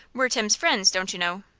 we're tim's friends, don't you know.